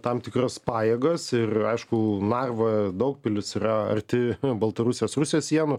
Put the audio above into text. tam tikras pajėgas ir aišku narva daugpilis yra arti baltarusijos rusijos sienų